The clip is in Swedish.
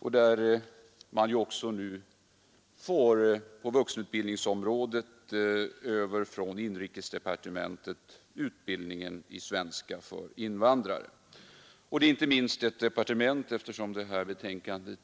Och på vuxenutbildningsområdet får man nu över utbildningen i svenska för Det här betänkandet